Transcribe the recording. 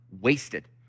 wasted